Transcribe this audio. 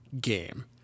game